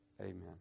amen